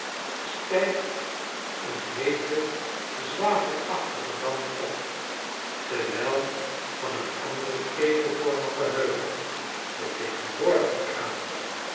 stijgt een heete zwavelachtige damp op terwijl van een anderen kegelvormigen heuvel de tegenwoordige krater